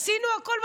עשינו הכול,